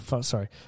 sorry